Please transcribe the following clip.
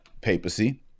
papacy